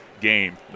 game